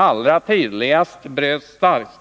Allra tidigast bröts